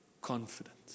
confident